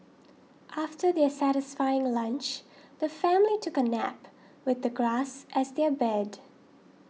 after their satisfying lunch the family took a nap with the grass as their bed